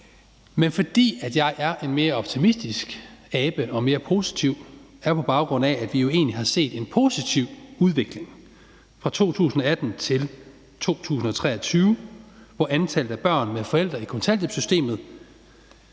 Men jeg er en mere optimistisk abe og mere positiv, på baggrund af at vi jo egentlig har set en positiv udvikling fra 2018 til 2023, hvor der er sket et fald i antallet af børn med forældre i kontanthjælpssystemet